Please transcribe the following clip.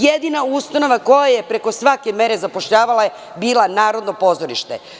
Jedina ustanova koja je preko svake mere zapošljavala je bila Narodno pozorište.